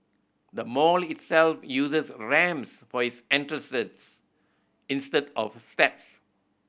the mall itself uses ramps for its entrances instead of steps